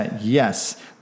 yes